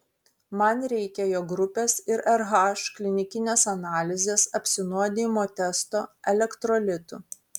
man reikia jo grupės ir rh klinikinės analizės apsinuodijimo testo elektrolitų